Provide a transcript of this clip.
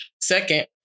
Second